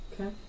Okay